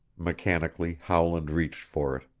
mechanically howland reached for it.